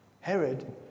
Herod